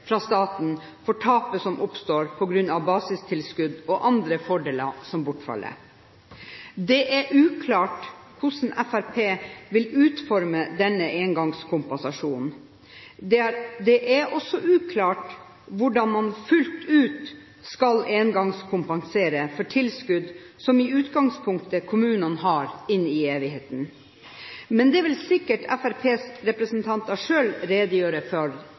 fra staten for tapet som oppstår på grunn av at basistilskudd og andre fordeler bortfaller. Det er uklart hvordan Fremskrittspartiet vil utforme denne engangskompensasjonen. Det er også uklart hvordan man «fullt ut» skal engangskompensere for tilskudd som kommunene i utgangspunktet har inn i evigheten, men dette vil sikkert Fremskrittspartiets representanter selv redegjøre for